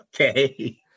Okay